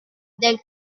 del